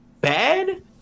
bad